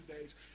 days